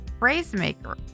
Phrasemaker